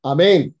Amen